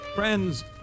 Friends